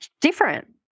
different